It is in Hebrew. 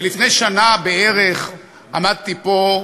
ולפני שנה בערך עמדתי פה,